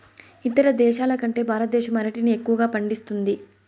ఇతర దేశాల కంటే భారతదేశం అరటిని ఎక్కువగా పండిస్తుంది